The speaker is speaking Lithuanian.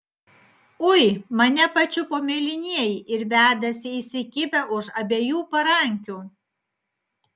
ui mane pačiupo mėlynieji ir vedasi įsikibę už abiejų parankių